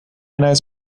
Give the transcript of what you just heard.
nice